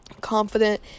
confident